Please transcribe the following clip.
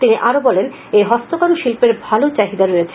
তিনি আরো বলেন এ হস্তকারু শিল্পের ভালো চাহিদা রয়েছে